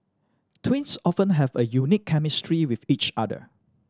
twins often have a unique chemistry with each other